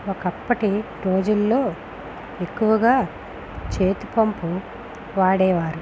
ఒకప్పటి రోజుల్లో ఎక్కువగా చేతి పంపు వాడేవారు